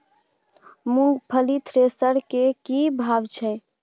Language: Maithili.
मूंगफली थ्रेसर के की भाव छै?